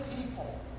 people